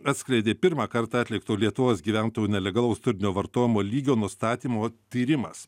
atskleidė pirmą kartą atlikto lietuvos gyventojų nelegalaus turinio vartojimo lygio nustatymo tyrimas